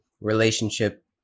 relationship